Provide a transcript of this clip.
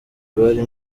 bari